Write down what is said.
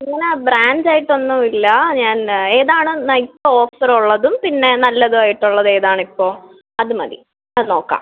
പിന്നെ ബ്രാൻഡ് ആയിട്ട് ഒന്നും ഇല്ല ഞാൻ ഏതാണ് നല്ല ഓഫർ ഉള്ളതും പിന്നെ നല്ലതും ആയിട്ടുള്ളത് ഏതാണിപ്പോള് അത് മതി അത് നോക്കാം